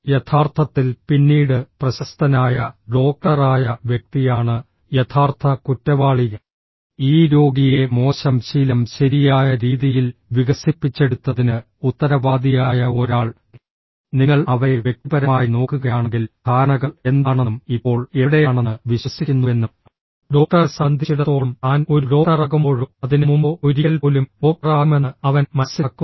യഥാർത്ഥത്തിൽ പിന്നീട് പ്രശസ്തനായ ഡോക്ടറായ വ്യക്തിയാണ് യഥാർത്ഥ കുറ്റവാളി ഈ രോഗിയെ മോശം ശീലം ശരിയായ രീതിയിൽ വികസിപ്പിച്ചെടുത്തതിന് ഉത്തരവാദിയായ ഒരാൾ നിങ്ങൾ അവരെ വ്യക്തിപരമായി നോക്കുകയാണെങ്കിൽ ധാരണകൾ എന്താണെന്നും ഇപ്പോൾ എവിടെയാണെന്ന് വിശ്വസിക്കുന്നുവെന്നും ഡോക്ടറെ സംബന്ധിച്ചിടത്തോളം താൻ ഒരു ഡോക്ടറാകുമ്പോഴോ അതിന് മുമ്പോ ഒരിക്കൽ പോലും ഡോക്ടറാകുമെന്ന് അവൻ മനസ്സിലാക്കുന്നു